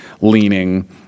leaning